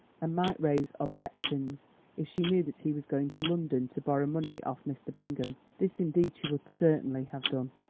and might raise objections if she knew that he was going to london to borrow money of mr. bingham. this indeed she would certainly have done.